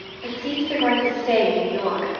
it seems they're going to stay in new york.